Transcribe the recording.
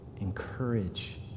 Encourage